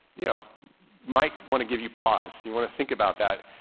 you know might want to give you pause. you want to think about that.